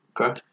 Okay